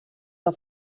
que